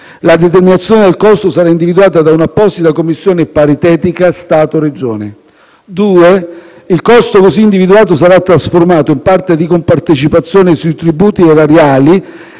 la determinazione del costo sarà individuata da un'apposita commissione paritetica Stato-Regioni. Il costo così individuato sarà trasformato in parte di compartecipazione sui tributi erariali